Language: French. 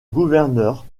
gouverneur